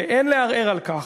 ואין לערער על כך,